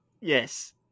Yes